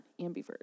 Ambivert